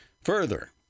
Further